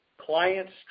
clients